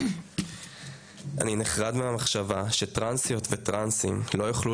אני נחרד מהמחשבה שטרנסיות וטרנסים לא יוכלו